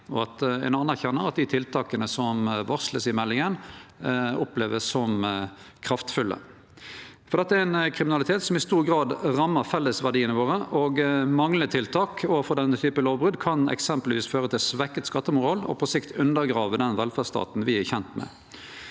og at ein anerkjenner at dei tiltaka som er varsla i meldinga, vert opplevde som kraftfulle. Dette er ein kriminalitet som i stor grad rammar fellesverdiane våre. Manglande tiltak overfor denne typen lovbrot kan eksempelvis føre til svekt skattemoral og på sikt undergrave den velferdsstaten me er kjende med.